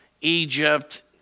Egypt